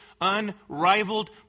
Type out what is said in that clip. unrivaled